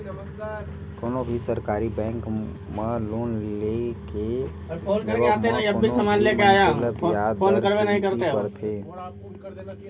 कोनो भी सरकारी बेंक म लोन के लेवब म कोनो भी मनखे ल बियाज दर कमती परथे